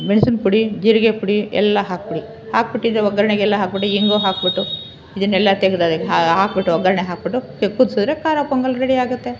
ಮೆಣ್ಸಿನ ಪುಡಿ ಜೀರಿಗೆ ಪುಡಿ ಎಲ್ಲ ಹಾಕಿಬಿಡಿ ಹಾಕಿಬಿಟ್ಟಿದೆ ಒಗ್ಗರಣೆಗೆಲ್ಲ ಹಾಕಿಬಿಟ್ಟು ಇಂಗು ಹಾಕಿಬಿಟ್ಟು ಇದನ್ನೆಲ್ಲ ತೆಗ್ದು ಅದಕ್ಕೆ ಹಾಕಿಬಿಟ್ಟು ಒಗ್ಗರಣೆ ಹಾಕಿಬಿಟ್ಟು ಕುದಿಸಿದ್ರೆ ಖಾರ ಪೊಂಗಲ್ ರೆಡಿ ಆಗುತ್ತೆ